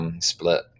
split